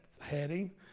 heading